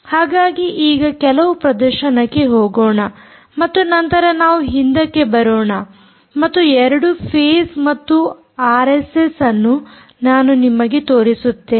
ಹಾಗಾಗಿ ಈಗ ಕೆಲವು ಪ್ರದರ್ಶನಕ್ಕೆ ಹೋಗೋಣ ಮತ್ತು ನಂತರ ನಾವು ಹಿಂದಕ್ಕೆ ಬರೋಣ ಮತ್ತು 2 ಫೇಸ್ ಮತ್ತು ಆರ್ಎಸ್ಎಸ್ ಅನ್ನು ನಾನು ನಿಮಗೆ ತೋರಿಸುತ್ತೇನೆ